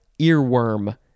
earworm